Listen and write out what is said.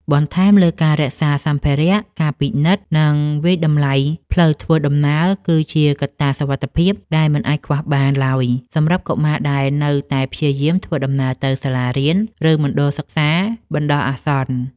បន្ថែមលើការរក្សាសម្ភារៈ ការពិនិត្យ និងវាយតម្លៃផ្លូវធ្វើដំណើរគឺជាកត្តាសុវត្ថិភាពដែលមិនអាចខ្វះបានឡើយសម្រាប់កុមារដែលនៅតែព្យាយាមធ្វើដំណើរទៅសាលារៀន ឬមណ្ឌលសិក្សាបណ្តោះអាសន្ន។